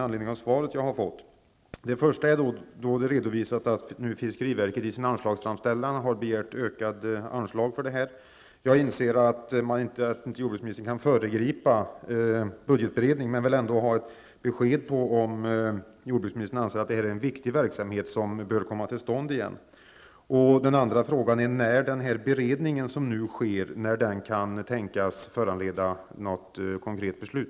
Fiskeriverket har i sin anslagsframställan begärt ökade anslag för havsundersökningar. Jag inser att jordbruksministern inte kan föregripa budgetberedningen, men jag skulle ändå vilja ha besked om huruvida jordbruksministern anser detta vara en viktig verksamhet som bör komma till stånd igen. När kan den beredningen som nu pågår tänkas föranleda något konkret beslut?